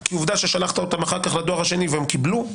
כי עובדה ששלחת אותם אחר כך לדואר השני והם קיבלו.